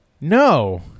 No